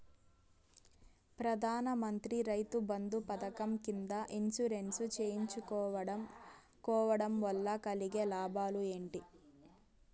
ప్రధాన మంత్రి రైతు బంధు పథకం కింద ఇన్సూరెన్సు చేయించుకోవడం కోవడం వల్ల కలిగే లాభాలు ఏంటి?